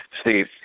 Steve